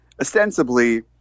ostensibly